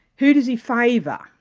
who does he favour?